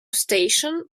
station